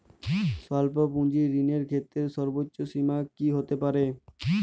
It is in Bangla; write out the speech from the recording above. স্বল্প পুঁজির ঋণের ক্ষেত্রে সর্ব্বোচ্চ সীমা কী হতে পারে?